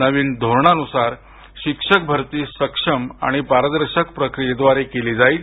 नवीन धोरणानुसार शिक्षकांची भरती सक्षम आणि पारदर्शक प्रक्रियेद्वारे केली जाईल